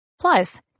Plus